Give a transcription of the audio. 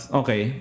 okay